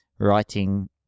writing